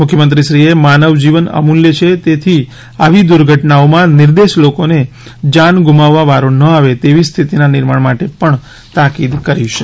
મુખ્યમંત્રીશ્રીએ માનવજીવન અમૂલ્ય છે તેથી આવી દુર્ઘટનાઓમાં નિર્દોષ લોકોને જાન ગૂમાવવા વારો ન આવે તેવી સ્થિતીના નિર્માણ માટે પણ તાકિદ કરી છે